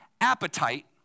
appetite